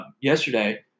yesterday –